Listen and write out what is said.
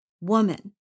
woman